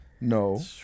No